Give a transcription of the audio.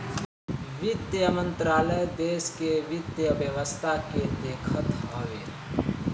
वित्त मंत्रालय देस के वित्त व्यवस्था के देखत हवे